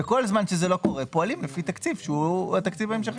וכל זמן שזה לא קורה פועלים לפי תקציב שהוא התקציב ההמשכי.